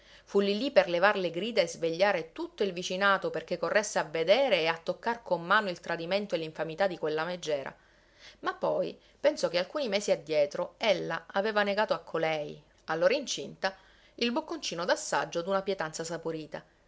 fu lì lì per levar le grida e svegliare tutto il vicinato perché corresse a vedere e a toccar con mano il tradimento e l'infamità di quella megera ma poi pensò che alcuni mesi addietro ella aveva negato a colei allora incinta il bocconcino d'assaggio d'una pietanza saporita